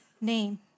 name